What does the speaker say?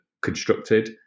constructed